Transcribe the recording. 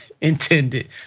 intended